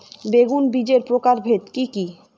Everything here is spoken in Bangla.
বেগুন বীজের প্রকারভেদ কি কী?